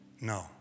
No